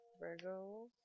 Virgo